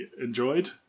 enjoyed